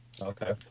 Okay